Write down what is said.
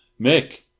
Mick